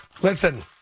listen